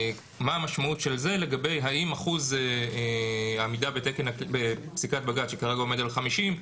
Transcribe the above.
מה המשמעות של זה לגבי האם אחוז עמידה בפסיקת בג"צ שכרגע עומד על 50%,